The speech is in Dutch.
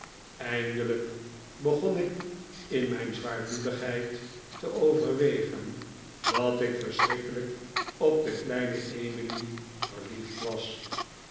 eindelijk begon ik in mijn zwaarmoedigheid te overwegen dat ik verschrikkelijk op de kleine emily verliefd was